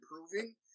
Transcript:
improving